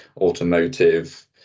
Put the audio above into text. automotive